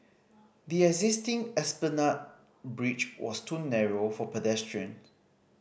the existing Esplanade Bridge was too narrow for pedestrians